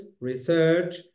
research